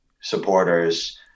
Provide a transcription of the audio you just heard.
supporters